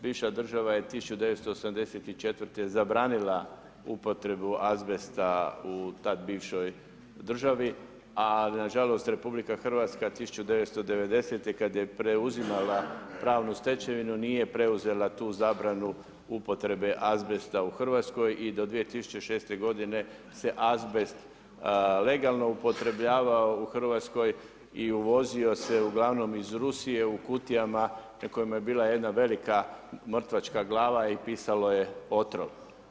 Bivša država je 1974. zabranila upotrebu azbesta u tada bivšoj državi, ali na žalost Republika Hrvatska 1990. kada je preuzimala pravnu stečevinu nije preuzela tu zabranu upotrebe azbesta u Hrvatskoj i do 2006. godine se azbest legalno upotrebljavao u Hrvatskoj i uvozio se uglavnom iz Rusije u kutijama na kojima je bila jedna velika mrtvačka glava i pisalo je otrov.